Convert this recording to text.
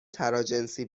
تراجنسی